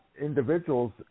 individuals